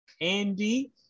Andy